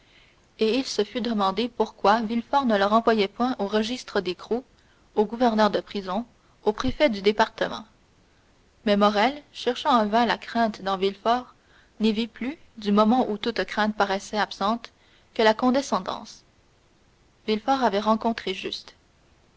et il se fût demandé pourquoi villefort ne le renvoyait point aux registres d'écrou aux gouverneurs de prison au préfet du département mais morrel cherchant en vain la crainte dans villefort n'y vit plus du moment où toute crainte paraissait absente que la condescendance villefort avait rencontré juste